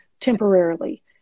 temporarily